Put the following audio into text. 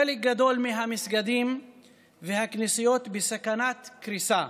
חלק גדול מהמסגדים והכנסיות בסכנת קריסה,